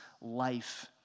life